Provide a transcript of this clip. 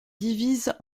divise